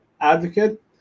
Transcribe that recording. advocate